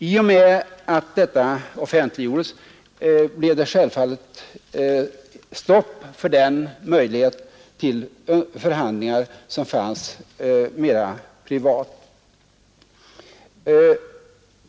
I och med att dessa privata förhandlingar offentliggjordes blev det självfallet stopp för den möjlighet till förhandlingar på mera privat basis som fanns.